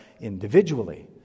individually